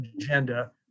agenda